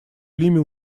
лиме